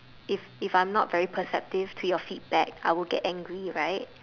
if if I'm not perceptive to your feedback I would get angry right